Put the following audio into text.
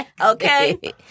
Okay